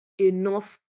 enough